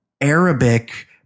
Arabic